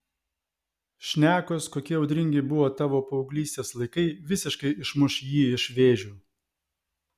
šnekos kokie audringi buvo tavo paauglystės laikai visiškai išmuš jį iš vėžių